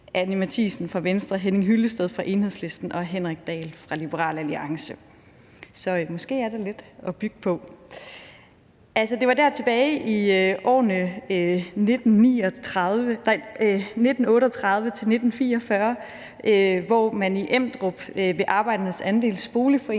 Anni Matthiesen fra Venstre, Henning Hyllested fra Enhedslisten og Henrik Dahl fra Liberal Alliance. Så der er måske lidt at bygge på. Det var dér tilbage i årene 1938 til 1944, at de i Emdrup ved Arbejdernes Andels Boligforening